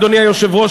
אדוני היושב-ראש,